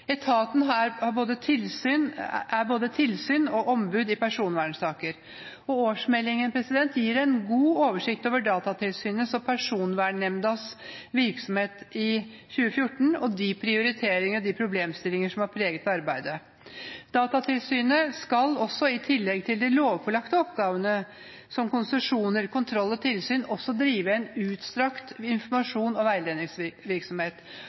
Etaten er både tilsyn og ombud i personvernsaker. Årsmeldingene gir en god oversikt over Datatilsynets og Personvernnemndas virksomhet i 2014 og de prioriteringer og de problemstillinger som har preget arbeidet. Datatilsynet skal, i tillegg til de lovpålagte oppgavene som konsesjoner, kontroll og tilsyn, også drive en utstrakt informasjons- og